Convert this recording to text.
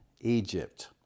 egypt